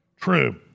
true